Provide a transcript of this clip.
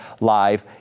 live